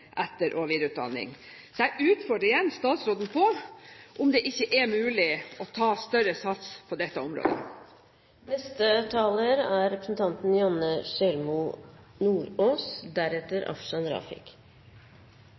etter- og videreutdanning. Jeg utfordrer igjen statsråden på om det ikke er mulig å ta større sats på dette området. Kunnskap gir vekstkraft. Vi må skape mer, hvis vi skal fordele mer, er